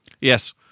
Yes